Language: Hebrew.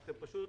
אתם פשוט